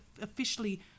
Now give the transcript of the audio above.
officially